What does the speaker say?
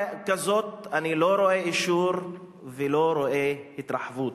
ועם תשובה כזאת אני לא רואה אישור ולא רואה התרחבות,